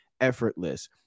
effortless